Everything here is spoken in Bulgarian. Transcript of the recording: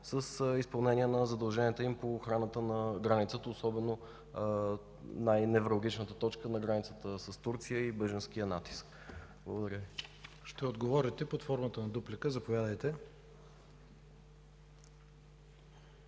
с изпълнение на задълженията им по охраната на границата, особено най-невралгичната точка на границата с Турция и бежанския натиск. Благодаря Ви. ПРЕДСЕДАТЕЛ ИВАН К. ИВАНОВ: Ще отговорите и под формата на дуплика. Заповядайте.